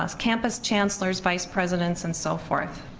ah campus chancellors, vice presidents and so forth.